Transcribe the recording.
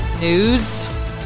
news